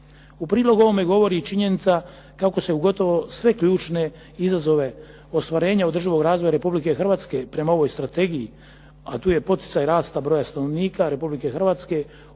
U prilog ovome govori i činjenica kako se u gotovo sve ključne izazove ostvarenja održivog razvoja Republike Hrvatske prema ovoj strategiji, a tu je poticaj rasta broja stanovnika Republike Hrvatske,